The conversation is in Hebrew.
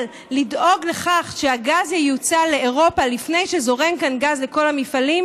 אבל לדאוג לכך שהגז ייוצא לאירופה לפני שזורם כאן גז לכל המפעלים,